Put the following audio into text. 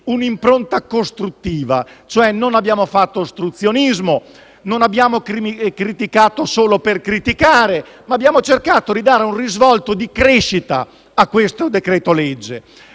un'impronta costruttiva. Non abbiamo fatto ostruzionismo; non abbiamo criticato solo per criticare, ma abbiamo cercato di dare un risvolto di crescita a questo decreto-legge.